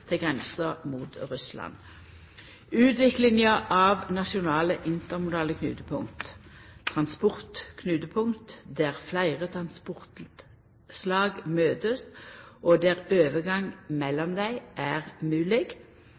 til grensa mot Russland. Utviklinga av nasjonale intermodale knutepunkt – transportknutepunkt der fleire transportslag møtest, og der overgang mellom dei er